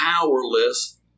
powerless